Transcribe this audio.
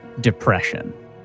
depression